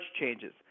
changes